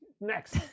next